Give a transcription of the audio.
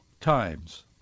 times